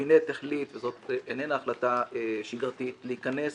הקבינט החליט וזאת איננה החלטה שגרתית להיכנס